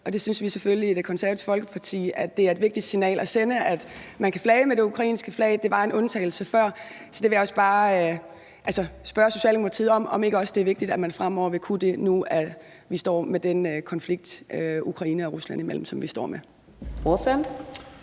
Det synes vi selvfølgelig i Det Konservative Folkeparti er et vigtigt signal at sende, altså at man kan flage med de ukrainske flag – det var en undtagelse før. Så jeg vil bare spørge Socialdemokratiet om, om ikke også det er vigtigt, at man fremover vil kunne det nu, hvor vi står med den konflikt mellem Ukraine og Rusland, som vi står med.